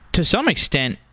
to some extent,